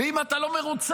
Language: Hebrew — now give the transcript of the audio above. ואם אתה לא מרוצה,